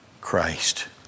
Christ